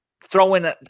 throwing